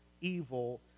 evil